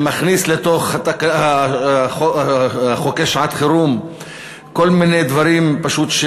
שמכניס לתוך חוקי שעת-חירום כל מיני דברים, פשוט,